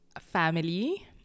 family